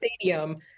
stadium